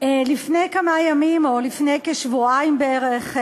לפני כמה ימים, או לפני שבועיים, בערך,